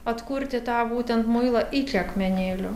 atkurti tą būtent muilą iki akmenėlio